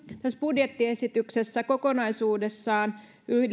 tässä budjettiesityksessä kokonaisuudessaan